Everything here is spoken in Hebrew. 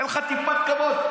אין לך טיפת כבוד.